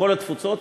בכל התפוצות,